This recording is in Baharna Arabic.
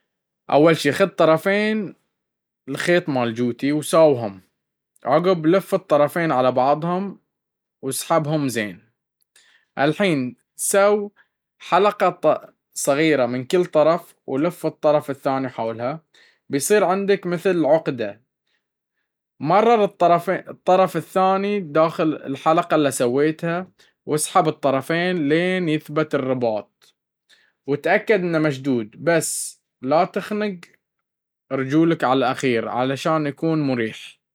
أول شي، خذ طرفي رباط الحذاء وساويهم. عقب لف الطرفين على بعض وسحبهم زين. الحين سو حلقة صغيرة من طرف، ولف الطرف الثاني حولها، بيصير عندك مثل عقدة. مرر الطرف الثاني داخل الحلقة اللي سويتها، وسحب الطرفين لين يتثبت الرباط. وتأكد إنه مشدود، بس لا تخنق ريولك بعد، علشان يكون مريح.